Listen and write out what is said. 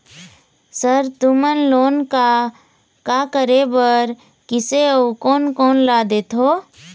Sir तुमन loan का का करें बर, किसे अउ कोन कोन ला देथों?